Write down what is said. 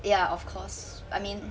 ya of course I mean